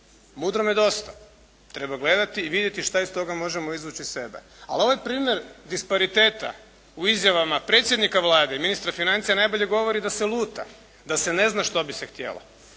Mudrome dosta. Treba gledati i vidjeti što iz toga možemo izvući za sebe. Al' ovaj primjer dispariteta u izjavama predsjednika Vlade i ministra financija najbolje govori da se luta, da se ne zna što bi se htjelo.